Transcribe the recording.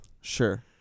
Sure